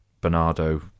Bernardo